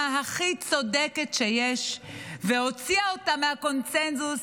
הכי צודקת שיש והוציאה אותה מהקונסנזוס